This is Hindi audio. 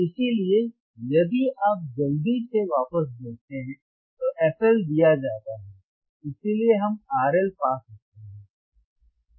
इसलिए यदि आप जल्दी से वापस देखते हैं तो fL दिया जाता है इसलिए हम RL पा सकते हैं